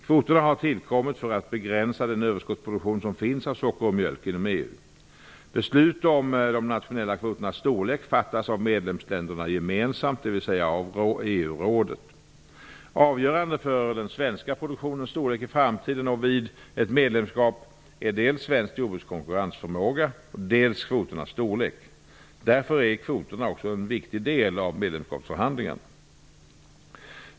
Kvoterna har tillkommit för att begränsa den överskottsproduktion som finns av socker och mjölk inom EU. Beslut om de nationella kvoternas storlek fattas av medlemsländerna gemensamt, dvs. av EU-rådet. Avgörande för den svenska produktionens storlek i framtiden och vid ett medlemskap är dels svenskt jordbruks konkurrensförmåga, dels kvoternas storlek. Därför är kvoterna en så viktig del av medlemskapsförhandlingarna.